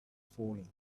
falling